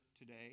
today